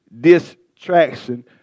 distraction